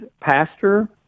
pastor